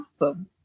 awesome